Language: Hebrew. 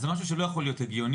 אז זה משהו שלא יכול להיות הגיוני.